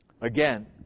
Again